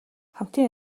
хамтын